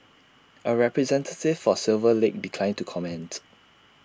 A representative for silver lake declined to comment